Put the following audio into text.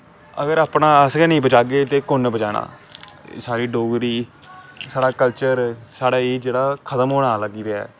अगर अपना अस गै नी बचागे ते कुन्नै बचाना ऐ साढ़ी डोगरी साढ़ा कल्चर साढ़ा एह् जेह्ड़ा खत्म होना लगी पेआ ऐ